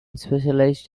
specialized